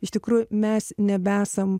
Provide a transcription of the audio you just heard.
iš tikrųjų mes nebesam